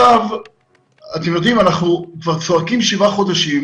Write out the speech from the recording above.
אתם יודעים, כבר צועקים שבעה חודשים.